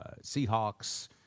Seahawks